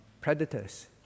predators